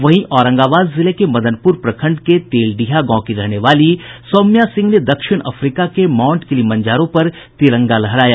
वहीं औरंगाबाद जिले के मदनपुर प्रखंड के तेलडीहा गांव की रहने वाली सौम्या सिंह ने दक्षिण अफ्रीका के माउंट किलिमंजारो पर तिरंगा लहराया